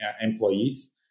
employees